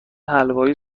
حلوای